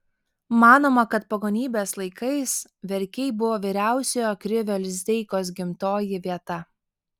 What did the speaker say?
manoma kad pagonybės laikais verkiai buvo vyriausiojo krivio lizdeikos gimtoji vieta